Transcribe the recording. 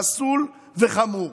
פסול וחמור.